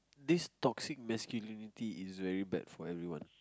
this toxic masculinity is very bad for everyone